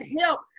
help